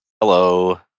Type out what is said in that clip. Hello